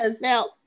Now